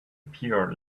pure